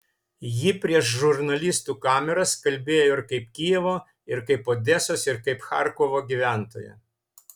ji prieš žurnalistų kameras kalbėjo ir kaip kijevo ir kaip odesos ir kaip charkovo gyventoja